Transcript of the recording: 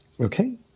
Okay